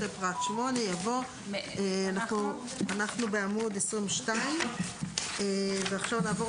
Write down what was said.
אחרי פרט 8 יבוא: אנחנו בעמוד 22 ועכשיו נעבור